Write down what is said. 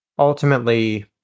Ultimately